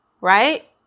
Right